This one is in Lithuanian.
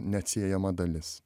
neatsiejama dalis